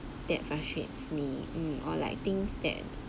that frustrates me mm or like things that